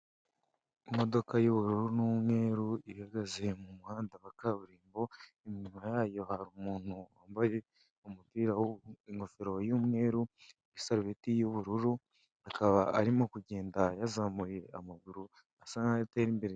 Imodoka y'ubururu n'umweru ihagaze mu muhanda wa kaburimbo imibura yayo hari umuntu wambaye umupira ingofero y'umweru isaruleti y'ubururu akaba arimo kugenda yazamuye amaguru asa nkaho atera imbere.